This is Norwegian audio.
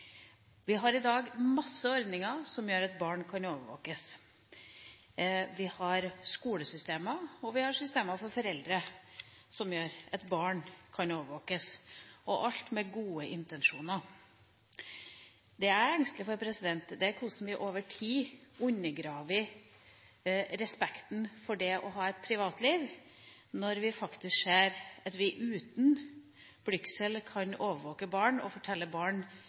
Vi har i dag mange ordninger som gjør at barn kan overvåkes. Vi har skolesystemer, og vi har systemer for foreldre som gjør at barn kan overvåkes – alt med gode intensjoner. Det jeg er engstelig for, er hvordan vi over tid undergraver respekten for det å ha et privatliv – når vi faktisk ser at vi uten blygsel kan overvåke barn og fortelle barn